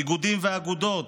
איגודים ואגודות,